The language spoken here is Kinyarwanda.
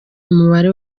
umubare